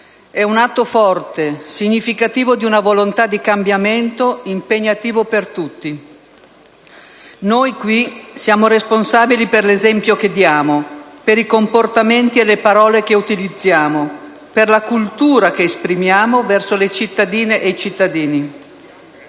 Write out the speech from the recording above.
è un atto forte, significativo di una volontà di cambiamento, impegnativo per tutti. Noi qui siamo responsabili per l'esempio che diamo, per i comportamenti e le parole che utilizziamo, per la cultura che esprimiamo verso le cittadine e i cittadini.